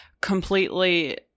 completely